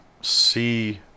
see